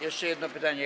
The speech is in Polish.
Jeszcze jedno pytanie.